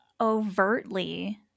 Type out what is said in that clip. overtly